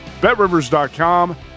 BetRivers.com